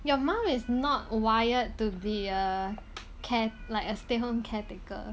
your mum is not wired to be a care~ like a stay home caretaker